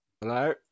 Hello